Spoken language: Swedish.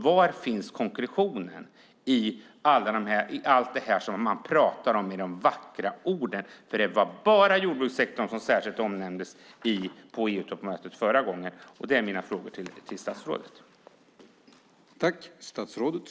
Var finns konkretionen i allt det man talar om med vackra ord? Det var bara jordbrukssektorn som särskilt omnämndes på EU-toppmötet förra gången.